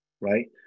right